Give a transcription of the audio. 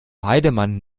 heidemann